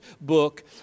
book